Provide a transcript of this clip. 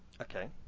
Okay